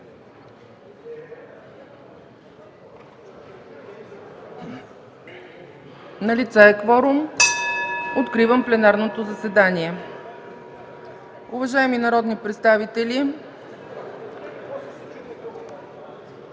Налице е кворум. (Звъни.) Откривам пленарното заседание. Уважаеми народни представители,